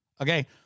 okay